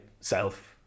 self